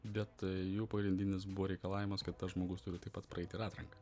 bet jų pagrindinis buvo reikalavimas kad tas žmogus turi taip pat praeiti atranką